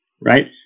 right